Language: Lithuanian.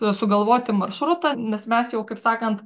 sugalvoti maršrutą nes mes jau kaip sakant